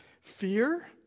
Fear